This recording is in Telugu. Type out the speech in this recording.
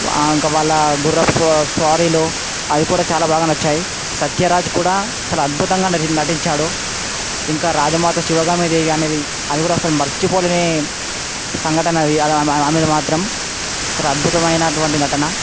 ఇంక వాళ్ళ గుర్రపు స్వా స్వారీలు అవి కూడా చాలా బాగా నచ్చాయి సత్యరాజ్ కూడా చాలా అద్భుతంగా నటించాడు ఇంక రాజమాత శివగామీ దేవి అనేది అది కూడా అస్సలు మర్చిపోలేని సంఘటన అది ఆమెది మాత్రం చాలా అద్భుతమైనటువంటి నటన